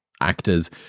actors